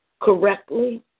correctly